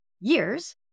years